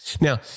Now